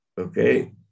Okay